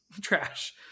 trash